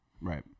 Right